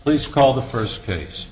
please call the first case